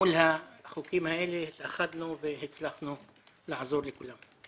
מול החוקים האלה, התאחדנו והצלחנו לעזור לכולם.